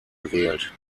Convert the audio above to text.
gewählt